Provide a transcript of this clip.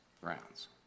grounds